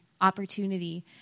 opportunity